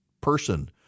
person